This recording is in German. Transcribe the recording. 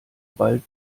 bald